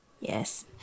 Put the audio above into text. Yes